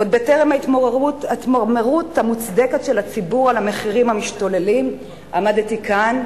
עוד בטרם ההתמרמרות המוצדקת של הציבור על המחירים המשתוללים עמדתי כאן,